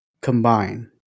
combine